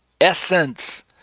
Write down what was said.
essence